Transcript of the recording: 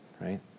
right